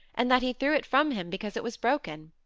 and that he threw it from him because it was broken.